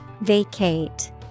vacate